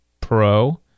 Pro